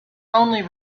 only